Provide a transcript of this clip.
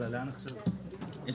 הישיבה ננעלה בשעה 12:26.